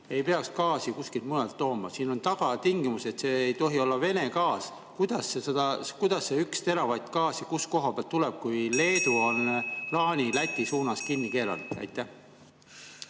Ei peaks gaasi kuskilt mujalt tooma. Siin on taga tingimused, et see ei tohi olla Vene gaas. Kust kohast see 1 teravatt gaasi tuleb, kui Leedu on kraani Läti suunas kinni keeranud? Aitäh!